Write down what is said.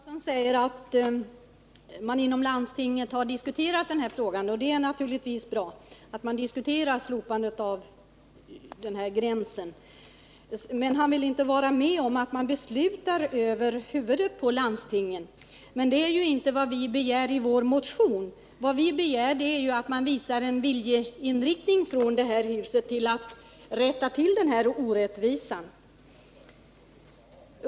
Herr talman! Göran Karlsson säger att man inom landstingen har diskuterat denna fråga, och det är naturligtvis bra att man diskuterar ett slopande av denna gräns. Han vill inte vara med om att man beslutar över huvudet på landstingen. Men det är inte vad vi begär i vår motion. Vi begär att man i detta hus visar en vilja att undanröja orättvisan.